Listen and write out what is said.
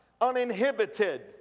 uninhibited